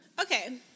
Okay